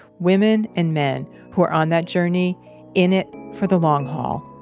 women and men who are on that journey in it for the long haul.